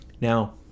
Now